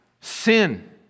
Sin